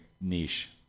niche